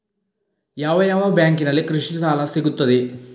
ಯಾವ ಯಾವ ಬ್ಯಾಂಕಿನಲ್ಲಿ ಕೃಷಿ ಸಾಲ ಸಿಗುತ್ತದೆ?